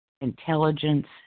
intelligence